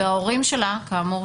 וההורים שלה כאמור,